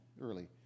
early